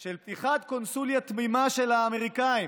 של פתיחת קונסוליה תמימה של האמריקנים